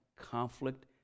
conflict